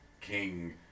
king